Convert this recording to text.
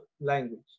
language